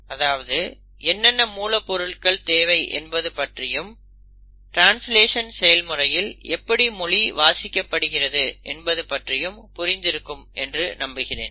அதாவது என்னென்ன மூலப்பொருள்கள் தேவை என்பது பற்றியும் ட்ரான்ஸ்லேஷன் செயல்முறையில் எப்படி மொழி வாசிக்கப்படுகிறது என்பது பற்றியும் புரிந்திருக்கும் என்று நம்புகிறேன்